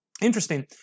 Interesting